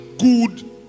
good